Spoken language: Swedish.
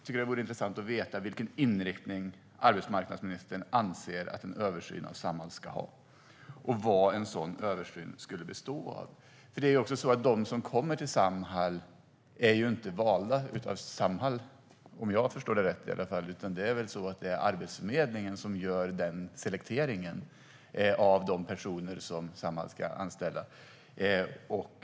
Det vore intressant att veta vilken inriktning som arbetsmarknadsministern anser att en översyn av Samhall ska ha och vad en sådan översyn skulle bestå av. De som kommer till Samhall är inte valda av Samhall, om jag förstår det rätt. Det är Arbetsförmedlingen som gör selekteringen av de personer som Samhall ska anställa.